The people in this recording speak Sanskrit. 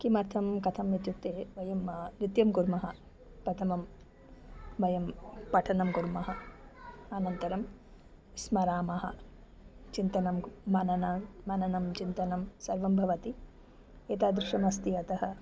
किमर्थं कथम् इत्युक्ते वयं नृत्यं कुर्मः प्रथमं वयं पठनं कुर्मः अनन्तरं स्मरामः चिन्तनं मननं मननं चिन्तनं सर्वं भवति एतादृशमस्ति अतः